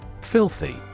Filthy